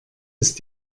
ist